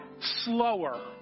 slower